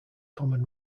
common